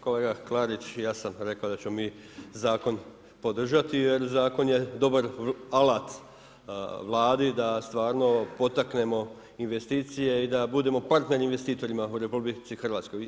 Kolega Klarić, ja sam rekao da ćemo mi zakon podržati jer zakon je dobar alat Vladi da stvarno potaknemo investicije i da budemo partneri investitorima u RH.